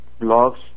blogs